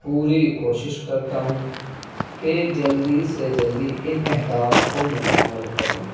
پوری کوشش کرتا ہوں کہ جلدی سے جلدی ان اہداف کو مکمل کر لوں